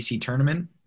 tournament